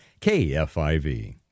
KFIV